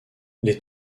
les